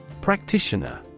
practitioner